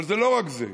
אבל זה לא רק זה.